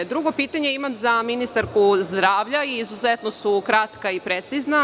Drugo pitanje imam za ministarku zdravlja, izuzetno su kratka i precizna.